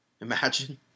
Imagine